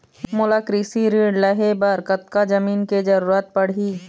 मोला कृषि ऋण लहे बर कतका जमीन के जरूरत पड़ही?